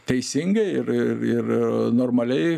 teisingai ir ir ir normaliai